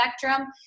spectrum